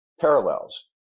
parallels